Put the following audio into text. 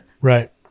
Right